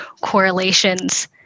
correlations